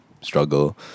Struggle